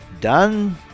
done